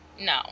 No